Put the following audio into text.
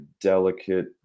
delicate